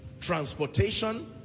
transportation